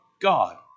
God